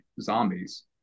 zombies